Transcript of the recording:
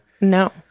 No